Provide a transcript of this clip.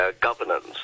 governance